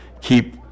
Keep